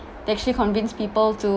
they actually convince people to